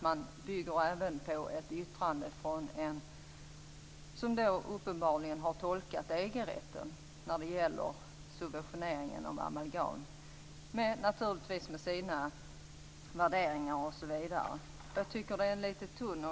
Man bygger avslaget på en tolkning av EG-rätten när det gäller subventioneringen av amalgam. Man utgår naturligtvis från sina värderingar. Jag tycker att motiveringen är litet tunn.